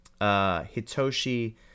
Hitoshi